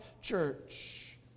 church